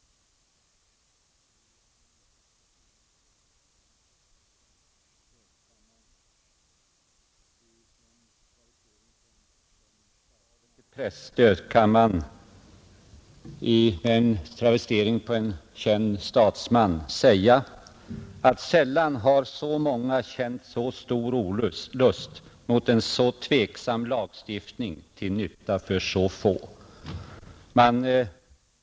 Om det föreliggande förslaget till presstöd kan man med en travestering av ett uttalande av en känd statsman säga, att sällan har så många känt så stor olust mot en så tveksam lagstiftning till nytta för så få. Man offrar stora värden för att hjälpa få.